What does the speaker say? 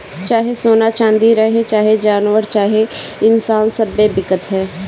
चाहे सोना चाँदी रहे, चाहे जानवर चाहे इन्सान सब्बे बिकत हवे